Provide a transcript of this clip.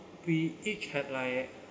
we each had like